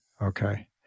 okay